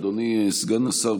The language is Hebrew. אדוני סגן השר,